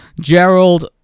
Gerald